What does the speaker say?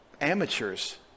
Amateurs